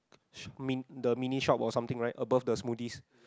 sh~ min~ the mini shop or something right above the smoothies